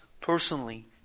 personally